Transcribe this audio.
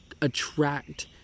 attract